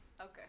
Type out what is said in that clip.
Okay